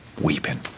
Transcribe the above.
weeping